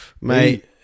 mate